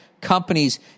companies